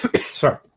Sorry